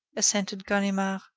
assented ganimard.